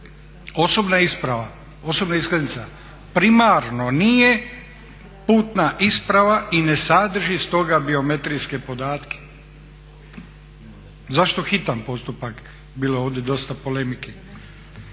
podatke. Osobna iskaznica primarno nije putna isprava i ne sadrži stoga biometrijske podatke. Zašto hitan postupak, bilo je ovdje dosta polemike?